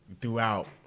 Throughout